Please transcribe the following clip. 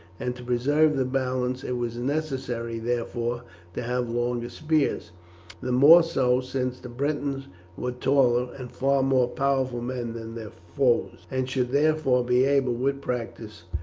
and to preserve the balance it was necessary therefore to have longer spears the more so since the britons were taller, and far more powerful men than their foes, and should therefore be able, with practice,